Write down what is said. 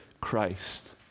Christ